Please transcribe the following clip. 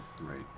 Right